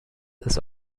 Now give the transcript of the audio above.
ist